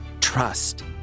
trust